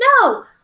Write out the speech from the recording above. No